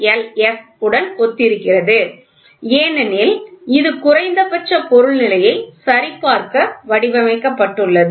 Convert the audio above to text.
S உடன் ஒத்திருக்கிறது ஏனெனில் இது குறைந்தபட்ச பொருள் நிலையை சரிபார்க்க வடிவமைக்கப்பட்டுள்ளது